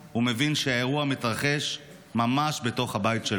ומבין שהאירוע מתרחש ממש בתוך הבית שלו.